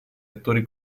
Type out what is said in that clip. attori